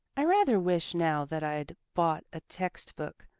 i rather wish now that i'd bought a text-book,